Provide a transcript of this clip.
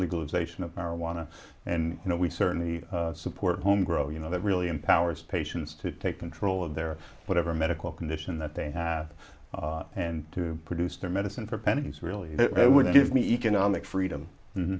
legalization of marijuana and you know we certainly support homegrown you know that really empowers patients to take control of their whatever medical condition that they have and to produce their medicine for pennies really they would give me economic freedom